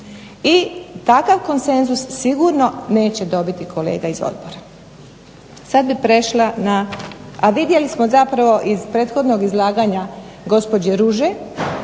I takav konsenzus sigurno neće dobiti kolega iz Odbora,